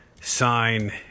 sign